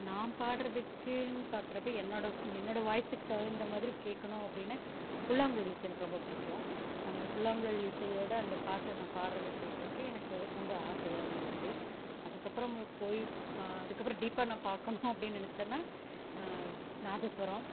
நான் பாடுறதுக்குன்னு பார்க்கறப்ப என்னோட என்னோடய வாய்ஸுக்கு தகுந்த மாதிரி கேட்கணும் அப்படின்னா புல்லாங்குழல் இசை எனக்கு ரொம்ப பிடிக்கும் அந்த புல்லாங்குழல் இசையோடு அந்த பாட்டு நான் பாடுறத கேட்கறக்கு எனக்கு ரொம்ப ஆசையாகவும் இருக்குது அதுக்கப்புறம் போய் அதுக்கப்புறம் டீப்பாக நான் பார்க்கணும் அப்படின்னு நெனைச்சன்னா நாதஸ்வரம்